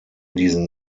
diesen